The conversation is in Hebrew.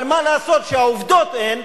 אבל מה לעשות שהעובדות הן